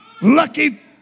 lucky